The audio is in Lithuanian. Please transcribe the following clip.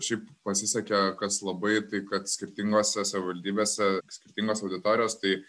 šiaip pasisekė kas labai taip kad skirtingose savivaldybėse skirtingos auditorijos tai